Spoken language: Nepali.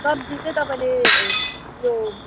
सब्जी चाहिँ तपाईँले यो